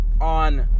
on